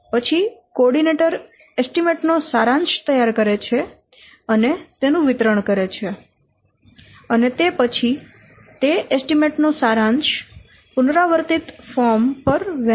પછી coordinator estimate નો સારાંશ તૈયાર કરે છે અને તેનું વિતરણ કરે છે અને તે પછી તે એસ્ટીમેટ નો સારાંશ પુનરાવૃત્તિ ફોર્મ પર વહેંચે છે